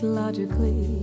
logically